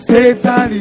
Satan